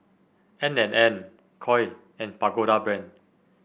N and N Koi and Pagoda Brand